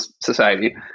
society